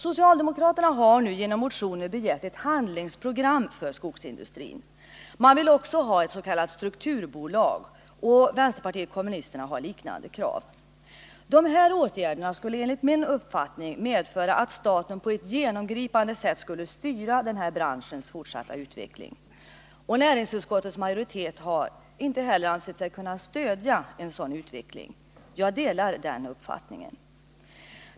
Socialdemokraterna har nu i motioner begärt ett handlingsprogram för skogsindustrin. De vill också ha ett s.k. strukturbolag. och vänsterpartiet kommunisterna har liknande krav. De här åtgärderna skulle. enligt min uppfattning, medföra att staten på ett genomgripande sätt skulle styra branschens fortsatta utveckling. Näringsutskottets majoritet har inte heller ansett sig kunna stödja det socialdemokratiska förslaget. och jag delar för min del utskottets uppfattning.